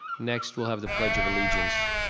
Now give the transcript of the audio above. next, we'll have the pledge of allegiance.